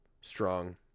strong